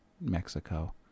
Mexico